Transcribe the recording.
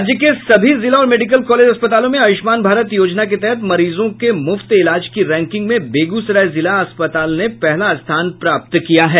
राज्य के सभी जिला और मेडिकल कॉलेज अस्पतालों में आयुष्मान भारत योजना के तहत मरीजों के मुफ्त इलाज की रैंकिंग में बेगूसराय जिला अस्पताल ने पहला स्थान प्राप्त किया है